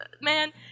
man